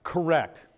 Correct